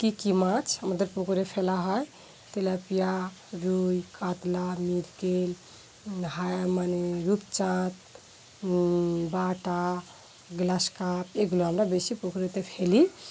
কী কী মাছ আমাদের পুকুরে ফেলা হয় তেলাপিয়া রুই কাতলা মৃগেল হ্যাঁ মানে রূপচাঁদ বাটা গ্লাস কাপ এগুলো আমরা বেশি পুকুরতে ফেলি